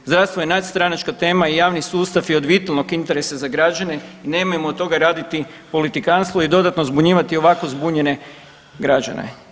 Zdravstvo je nadstranačka tema i javni sustav je od vitalnog interesa za građane i nemojmo od toga raditi politikanstvo i dodatno zbunjivati ovako zbunjene građane.